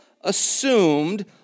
assumed